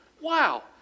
Wow